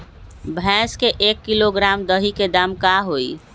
भैस के एक किलोग्राम दही के दाम का होई?